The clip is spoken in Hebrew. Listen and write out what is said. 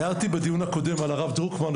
הערתי בדיון הקודם על הרב דרוקמן,